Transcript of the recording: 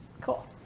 Cool